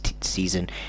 season